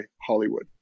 Hollywood